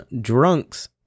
drunks